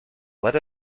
let